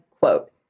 quote